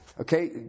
Okay